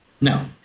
No